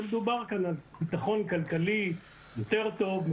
מדובר כאן על ביטחון כלכלי יותר טוב,